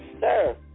sir